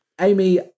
Amy